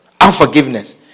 Unforgiveness